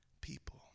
people